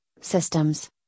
systems